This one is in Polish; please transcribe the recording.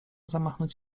zamachnąć